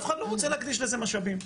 אף אחד לא רוצה להקדיש לזה משאבים,